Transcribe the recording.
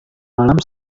malam